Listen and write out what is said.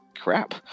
crap